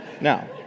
Now